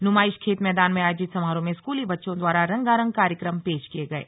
नुमाइश खेत मैदान में आयोजित समारोह में स्कूली बच्चों द्वारा रंगारंग कार्यक्रम पेश किये गये